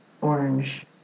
orange